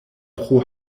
pro